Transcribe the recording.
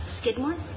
Skidmore